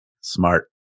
Smart